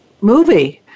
movie